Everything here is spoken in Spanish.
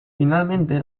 finalmente